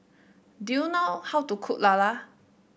do you know how to cook Lala